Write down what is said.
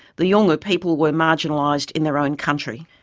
the yolngu people were marginalized in their own country.